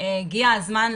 הגיע הזמן,